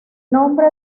nombre